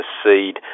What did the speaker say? seed